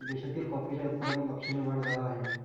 देशातील कॉफीच्या उत्पादनात लक्षणीय वाढ झाला आहे